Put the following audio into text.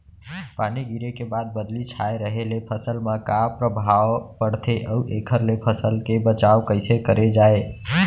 पानी गिरे के बाद बदली छाये रहे ले फसल मा का प्रभाव पड़थे अऊ एखर ले फसल के बचाव कइसे करे जाये?